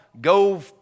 go